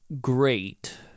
great